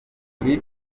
turi